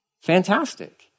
fantastic